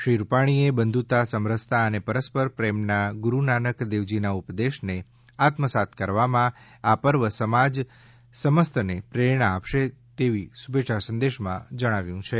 શ્રી વિજય રૂપાણીએ બંધુતા સમરસતા અને પરસ્પર પ્રેમના ગુરૂનાનક દેવજીના ઉપદેશને આત્મસાત કરવામાં આ પર્વ સમાજ સમસ્તને પ્રેરણા આપશે તેમ શુભેચ્છા સંદેશમાં જણાવ્યું છે